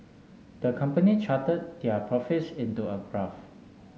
the company charted their profits into a graph